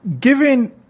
given